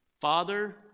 Father